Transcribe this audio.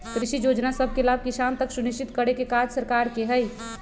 कृषि जोजना सभके लाभ किसान तक सुनिश्चित करेके काज सरकार के हइ